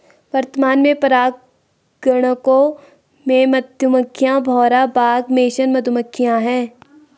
वर्तमान में परागणकों में मधुमक्खियां, भौरा, बाग मेसन मधुमक्खियाँ है